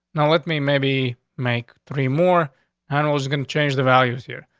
no, with me. maybe make three more animals going to change the values here.